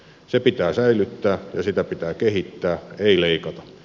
se pitää säilyttää ja sitä pitää kehittää ei leikata